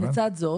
לצד זאת,